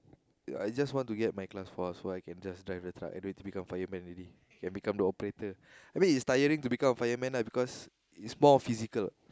I just want to get my class four so I can just drive a truck and then don't need to become fireman already can become the operator I mean it's tiring to become a fireman lah because it's more physical